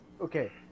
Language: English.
okay